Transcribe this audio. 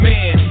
Man